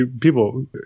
people